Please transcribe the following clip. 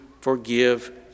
forgive